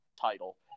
title